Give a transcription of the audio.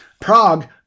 Prague